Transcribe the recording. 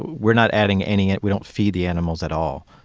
we're not adding any. we don't feed the animals at all,